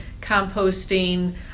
composting